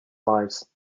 lives